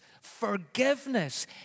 forgiveness